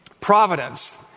Providence